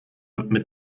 mit